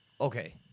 okay